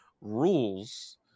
rules